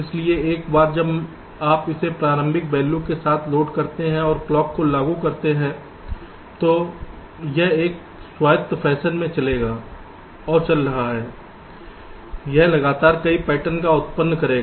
इसलिए एक बार जब आप इसे प्रारंभिक वैल्यू के साथ लोड करते हैं और क्लॉक को लागू करते हैं तो यह एक स्वायत्त फैशन में चलेगा और चल रहा है यह लगातार कई पैटर्न उत्पन्न करेगा